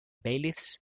bailiffs